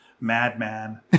madman